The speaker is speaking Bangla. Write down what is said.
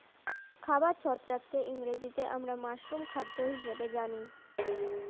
খাবার ছত্রাককে ইংরেজিতে আমরা মাশরুম খাদ্য হিসেবে জানি